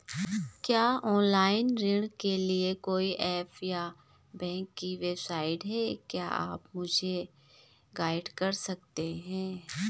क्या ऑनलाइन ऋण के लिए कोई ऐप या बैंक की वेबसाइट है क्या आप मुझे गाइड कर सकते हैं?